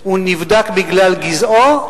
נבדק בגלל גזעו?